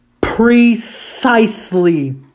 Precisely